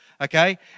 okay